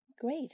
Great